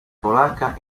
polacca